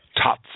top